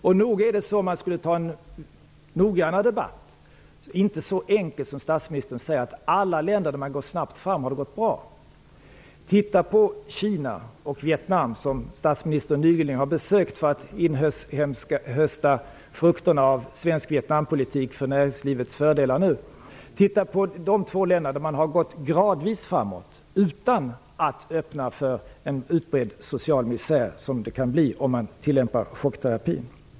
Om man går djupare in i frågan finner man att det inte är så enkelt som statsministern säger att det har gått bra i alla länder där man har gått snabbt fram. Som exempel kan vi ta Kina och Vietnam, som statsministern nyligen har besökt för att inhösta frukterna av svensk Vietnampolitik för näringslivet. I dessa båda länder har man gått gradvis framåt utan att öppna för en utbredd social misär, vilket kan bli följden av en chockterapi.